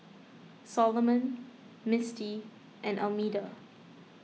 Solomon Misti and Almeda